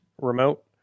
remote